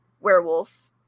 werewolf